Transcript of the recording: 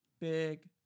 Big